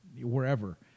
wherever